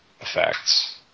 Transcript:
effects